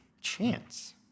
chance